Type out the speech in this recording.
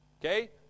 Okay